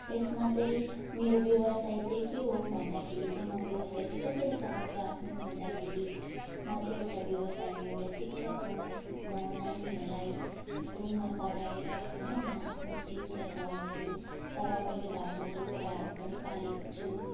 यसमा चाहिँ मेरो व्यवसाय चाहिँ के हो भन्दाखेरि चाहिँ म व्यवसाय चाहिँ कसरी चलाउँछु आफ्नो भन्दाखेरि म चाहिँ एउटा व्यवसायमा एउटा शिक्षक हो म नानीहरूलाई स्कुलमा पढाएर होइन म आफ्नो जीविका चलाउँछु तर मैले घरमा कुखुराहरू पनि पालेको छु